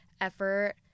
effort